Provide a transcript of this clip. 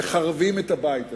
"מחרבים את הבית הזה".